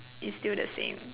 is still the same